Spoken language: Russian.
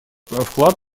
вклад